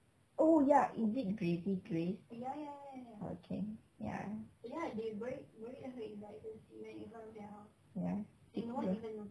oh ya is it grazy grace ah okay ya ya